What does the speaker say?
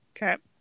Okay